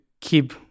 keep